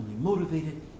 motivated